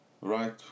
right